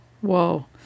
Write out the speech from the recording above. Whoa